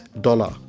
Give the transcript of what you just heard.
dollar